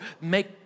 make